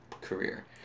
career